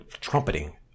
trumpeting